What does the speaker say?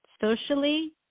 socially